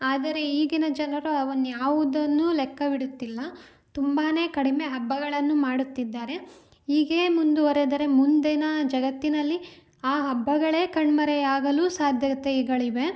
ಆದರೆ ಈಗಿನ ಜನರು ಅವನ್ನ ಯಾವುದನ್ನೂ ಲೆಕ್ಕವಿಡುತ್ತಿಲ್ಲ ತುಂಬಾ ಕಡಿಮೆ ಹಬ್ಬಗಳನ್ನು ಮಾಡುತ್ತಿದ್ದಾರೆ ಹೀಗೇ ಮುಂದುವರೆದರೆ ಮುಂದಿನ ಜಗತ್ತಿನಲ್ಲಿ ಆ ಹಬ್ಬಗಳೇ ಕಣ್ಮರೆಯಾಗಲು ಸಾಧ್ಯತೆಗಳಿವೆ